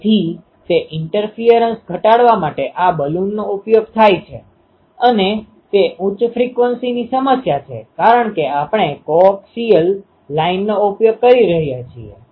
તેથી તે ઇન્ટરફીઅરંસ ઘટાડવા માટે આ બલૂનનો ઉપયોગ થાય છે અને તે ઉચ્ચ ફ્રિકવન્સીની સમસ્યા છે કારણ કે આપણે કોક્સિયલ લાઇનનો ઉપયોગ કરી રહ્યા છીએ